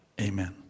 Amen